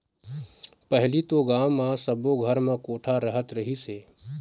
पहिली तो गाँव म सब्बो घर म कोठा रहत रहिस हे